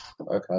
Okay